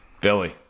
Billy